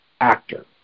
actor